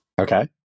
Okay